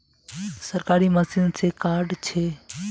सरकारी मशीन से कार्ड छै?